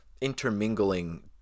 intermingling